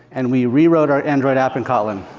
and we rewrote our android app in kotlin.